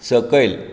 सकयल